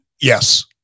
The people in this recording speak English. Yes